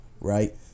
right